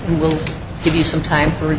will give you some time for